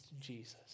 Jesus